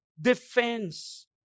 defense